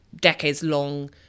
decades-long